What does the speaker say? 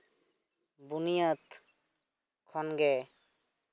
ᱵᱩᱱᱤᱭᱟᱹᱫᱽ ᱠᱷᱚᱱᱜᱮ